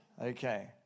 Okay